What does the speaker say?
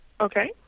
Okay